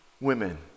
women